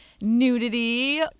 Nudity